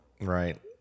Right